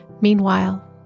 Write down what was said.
Meanwhile